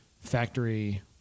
factory